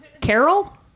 Carol